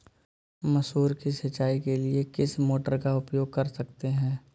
मसूर की सिंचाई के लिए किस मोटर का उपयोग कर सकते हैं?